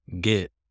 get